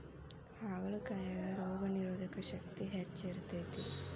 ಹಾಗಲಕಾಯಾಗ ರೋಗನಿರೋಧಕ ಶಕ್ತಿ ಹೆಚ್ಚ ಇರ್ತೈತಿ